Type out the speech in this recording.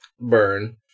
burn